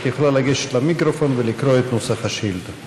את יכולה לגשת למיקרופון ולקרוא את נוסח השאילתה.